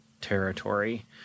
territory